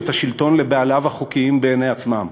את השלטון לבעליו החוקיים בעיני עצמם?